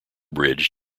bridge